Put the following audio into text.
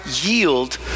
yield